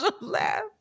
laugh